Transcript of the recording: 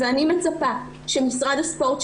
אני מצפה שמשרד הספורט,